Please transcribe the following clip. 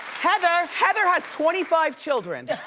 heather heather has twenty five children.